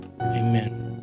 Amen